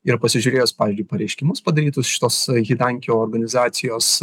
ir pasižiūrėjus pavyzdžiui pareiškimus padarytus šitos hitankio organizacijos